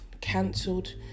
cancelled